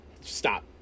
stop